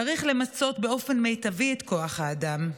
צריך למצות באופן מיטבי את כוח האדם.